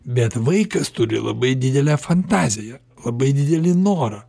bet vaikas turi labai didelę fantaziją labai didelį norą